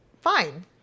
fine